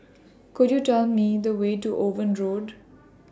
Could YOU Tell Me The Way to Owen Road